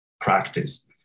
practice